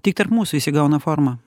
tik tarp mūsų jis įgauna formą